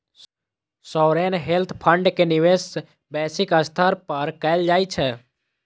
sovereign wealth fund के निवेश वैश्विक स्तर पर कैल जाइ छै